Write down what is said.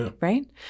Right